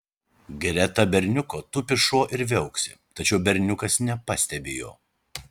greta berniuko tupi šuo ir viauksi tačiau berniukas nepastebi jo